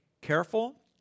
careful